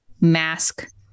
mask